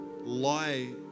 lie